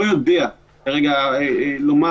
אני כבר רגיל לזה.